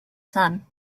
son